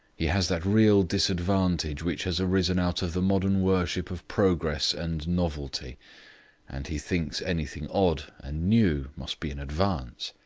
he has that real disadvantage which has arisen out of the modern worship of progress and novelty and he thinks anything odd and new must be an advance.